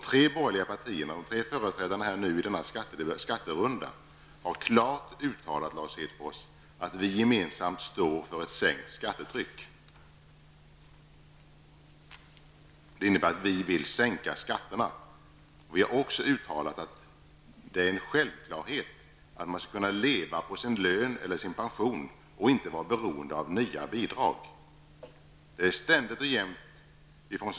Företrädarna för de tre borgerliga partierna i denna skatterunda har klart uttalat, Lars Hedfors, att vi gemensamt står för ett sänkt skattetryck. Det innebär att vi vill sänka skatterna. Vi har också uttalat att det är en självklarhet att man skall kunna leva på sin lön eller sin pension och inte vara beroende av nya bidrag.